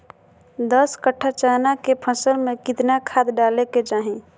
दस कट्ठा चना के फसल में कितना खाद डालें के चाहि?